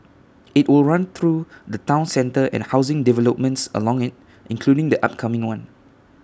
IT will run through the Town centre and housing developments along IT including the upcoming one